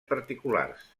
particulars